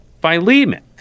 Philemon